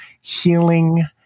healing